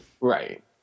Right